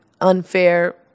unfair